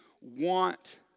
want